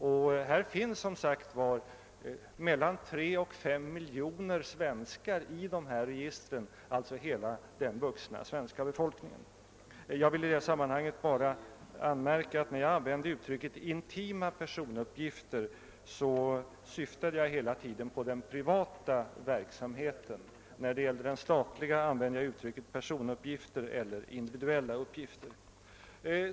I dessa register finns som sagt mellan 3 och 5 miljoner svenskar, alltså hela den vuxna svenska befolkningen. Jag vill i detta sammanhang bara anmärka att när jag använde uttrycket »intima personuppgifter» syftade jag hela tiden på den privata verksamheten; då det gällde den statliga använde jag uttrycket »personuppgifter» eller »individuella uppgifter».